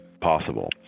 possible